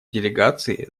делегации